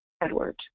Edward